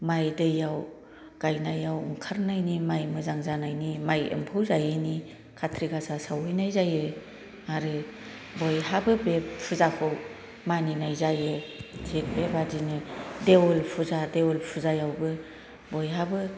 माय दैआव गायनायाव ओंखारनायनि मोजां जानायनि माय एम्फौ जायैनि कार्टिक गासा सावहैनाय जायो आरो बयहाबो बे फुजाखौ मानिनाय जायो थिक बे बादिनो देवल फुजा देवल फुजायावबो बयहाबो